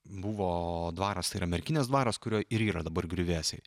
buvo dvaras tai yra merkinės dvaras kurio ir yra dabar griuvėsiai